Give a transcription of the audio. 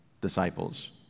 disciples